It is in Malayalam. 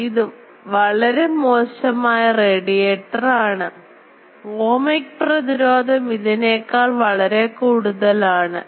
ഇത് വളരെ മോശമായ റേഡിയേറ്റർ ആണ് ഓമിക് പ്രതിരോധം ഇതിനേക്കാൾ വളരെ കൂടുതലാണു